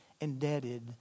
indebted